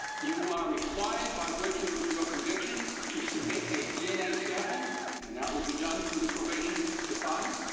you are required by virtue of your conviction to submit a dna sample and that will be done through the probation department.